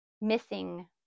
missing